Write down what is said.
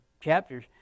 chapters